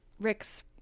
Rick's